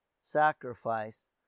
sacrifice